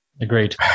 Agreed